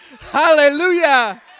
hallelujah